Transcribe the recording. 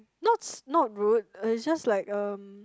not not rude it's just like um